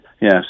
Yes